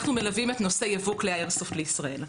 אנחנו מלווים את נושא ייבוא כלי האיירסופט לישראל.